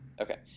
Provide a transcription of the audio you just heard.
Okay